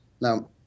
Now